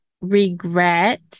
regret